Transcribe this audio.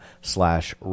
slash